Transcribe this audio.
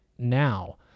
now